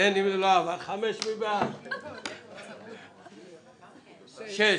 אין הצעה לתיקון החקיקה (8)